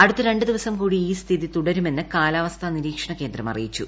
അടുത്ത രണ്ടു ദിവസം കൂടി ഈ സ്ഥിതി തുടരുമെന്ന് കാലാവസ്ഥാ നിരീക്ഷണകേന്ദ്രം അറിയിച്ചു